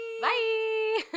Bye